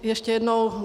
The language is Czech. Ještě jednou.